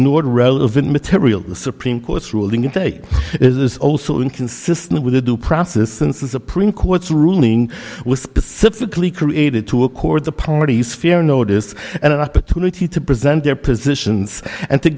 ignored relevant material the supreme court's ruling to take is also inconsistent with the due process since the supreme court's ruling was specifically created to accord the parties fair notice and an opportunity to present their positions and to